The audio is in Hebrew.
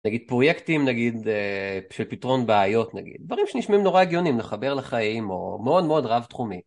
נגיד פרויקטים, נגיד, של פתרון בעיות, נגיד. דברים שנשמעים נורא הגיונים לחבר לחיים, או מאוד מאוד רב תחומי.